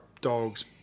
dogs